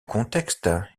contexte